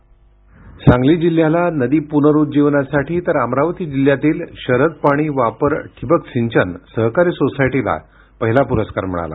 ध्वनी सांगली जिल्ह्याला नदी पुररूज्जीवनासाठी तर अमरावती जिल्ह्यातील शरद पाणी वापर ठिबक सिंचन सहकारी सोसायटीला पहिला पुरस्कार मिळाला